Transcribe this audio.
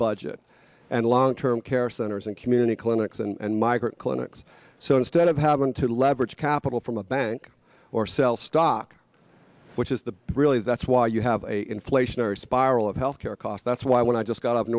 budget and long term care centers and community clinics and migrant clinics so instead of having to leverage capital from the bank or sell stock which is the really that's why you have a inflationary spiral of health care cost that's why when i just got